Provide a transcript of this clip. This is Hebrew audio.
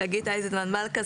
חגית אייזנמן מלכה,